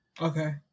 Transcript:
Okay